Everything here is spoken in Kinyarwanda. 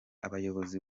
abayobozi